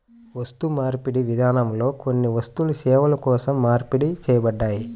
వస్తుమార్పిడి విధానంలో కొన్ని వస్తువులు సేవల కోసం మార్పిడి చేయబడ్డాయి